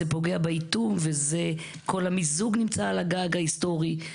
זה פוגע באיטום וכל המיזוג נמצא על הגג ההיסטורי.